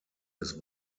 des